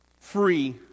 free